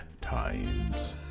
times